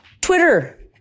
Twitter